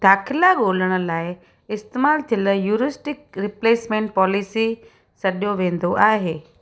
दाख़िला ॻोल्हण लाइ इस्तेमालु थियल ह्यूरिस्टिक रिप्लेसमेंट पॉलिसी सॾियो वेंदो आहे